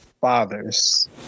fathers